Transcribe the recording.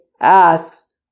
asks